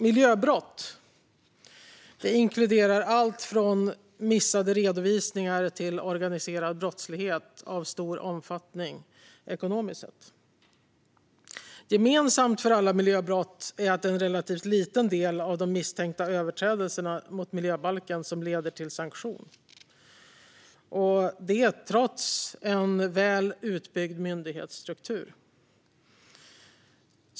Miljöbrott inkluderar allt från missade redovisningar till organiserad brottslighet av stor omfattning ekonomiskt sett. Gemensamt för alla miljöbrott är att en relativt liten del av de misstänkta överträdelserna mot miljöbalken leder till sanktion, trots en väl utbyggd myndighetsstruktur.